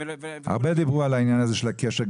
הרבה דיברו על העניין הזה של הקשר.